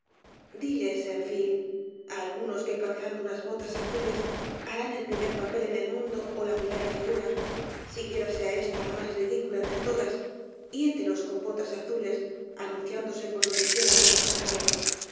diles en fin á algunos que calzando unas botas azules harán el primer papel en el mundo ó la primera figura siquiera sea ésta la más ridicula entre todas y hételos con botas azules anunciándose por dondequiera con un